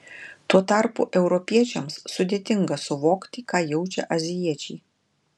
tuo tarpu europiečiams sudėtinga suvokti ką jaučia azijiečiai